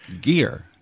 gear